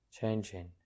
changing